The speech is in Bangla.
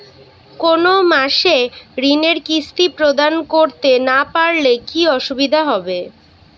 কোনো মাসে ঋণের কিস্তি প্রদান করতে না পারলে কি অসুবিধা হবে?